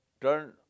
turn